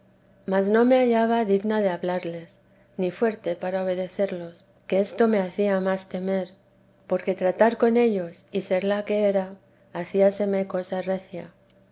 mas no me hallaba digna de hablarles ni fuerte para obedecerlos que esto me hacía más temer porque tratar con ellos y ser la que era hádaseme cosa recia